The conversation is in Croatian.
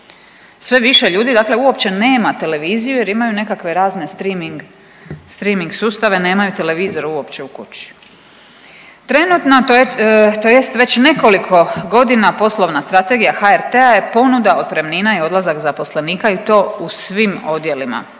Sve više ljudi dakle uopće nema televiziju jer imaju nekakve razne streaming sustave. Nemaju televizor uopće u kući. Trenutno, tj. već nekoliko godina poslovna strategija HRT-a je ponuda otpremnina i odlazak zaposlenika i to u svim odjelima.